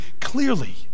clearly